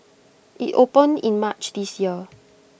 IT opened in March this year